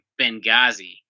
Benghazi